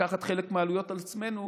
לקחת חלק מהעלויות על עצמנו,